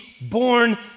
born